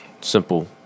Simple